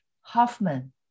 Hoffman